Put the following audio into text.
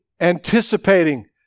anticipating